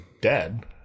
dead